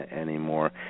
anymore